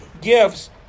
gifts